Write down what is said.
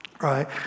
Right